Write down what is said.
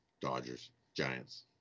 Dodgers-Giants